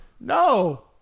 No